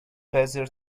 bezier